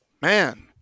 man